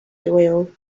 doyle